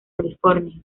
california